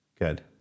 Good